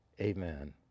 Amen